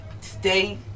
Stay